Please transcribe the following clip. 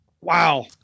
Wow